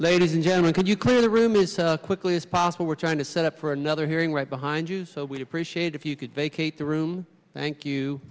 ladies and gentlemen can you clear the room is quickly as possible we're trying to set up for another hearing right behind you so we'd appreciate if you could vacate the room thank you